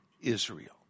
Israel